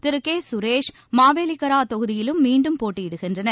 திருகே சுரேஷ் மாவேலிக்கரா தொகுதியிலும் மீண்டும் போட்டியிடுகின்றனர்